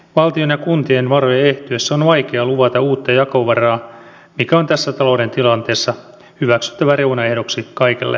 valtion ja kuntien varojen ehtyessä on vaikea luvata uutta jakovaraa mikä on tässä talouden tilanteessa hyväksyttävä reunaehdoksi kaikelle pohdiskelulle